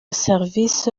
serivisi